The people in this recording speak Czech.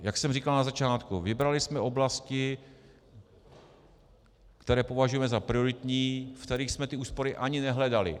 Jak jsem říkal na začátku, vybrali jsme oblasti, které považujeme za prioritní, ve kterých jsme ty úspory ani nehledali.